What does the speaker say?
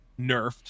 nerfed